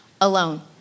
alone